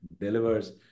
delivers